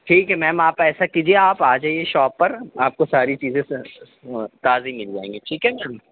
ٹھیک ہے میم آپ ایسا کیجیے آپ آ جائیے شاپ پر آپ کو ساری چیزیں تازی مِل جائیں گی ٹھیک ہے میم